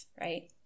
right